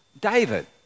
David